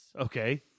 Okay